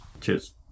Cheers